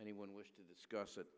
anyone wish to discuss it